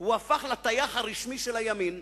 הוא הפך לטייח הרשמי של הימין.